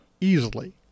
easily